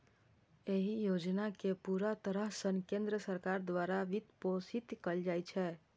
एहि योजना कें पूरा तरह सं केंद्र सरकार द्वारा वित्तपोषित कैल जाइ छै